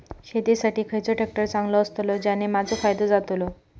शेती साठी खयचो ट्रॅक्टर चांगलो अस्तलो ज्याने माजो फायदो जातलो?